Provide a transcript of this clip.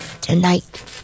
tonight